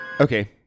Okay